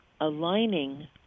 aligning